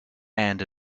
and